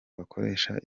bakoresha